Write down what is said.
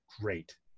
great